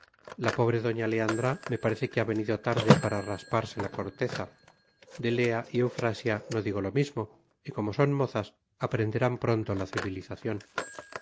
la pobre doña leandra me parece que ha venido tarde para rasparse la corteza de lea y eufrasia no digo lo mismo y como son mozas aprenderán pronto la civilización